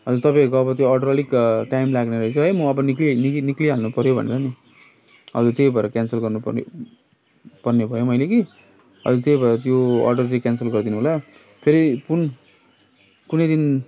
हजुर तपाईँको त्यो अब अडर अलिक टाइम लाग्ने रहेछ म अब निस्की निस्की हाल्नु पऱ्यो भनेर नि हजुर त्यही भएर क्यानसल गर्नु पर्ने भयो मैले कि अहिले त्यही भएर त्यो अडर चाहिँ क्यानसल गरिदिनु होला फेरि कुन कुनै दिन